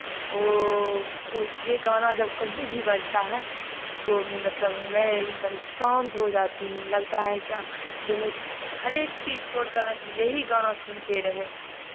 वो ये गाना जब कहीं भी बजता है तो मतलब मैं एकदम शांत हो जाती हूँ लगता है क्या जो मैं हरेक चीज़ छोड़कर बस यही गाना सुनते रहे